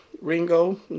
Ringo